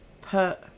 put